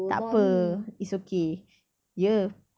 tak apa it's okay ya